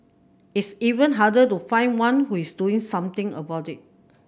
it's even harder to find one who is doing something about it